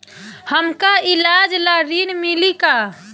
हमका ईलाज ला ऋण मिली का?